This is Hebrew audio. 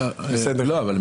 אתם יודעים מה,